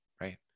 Right